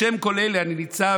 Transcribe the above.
בשם כל אלה אני ניצב